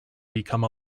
become